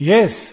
Yes